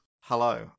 Hello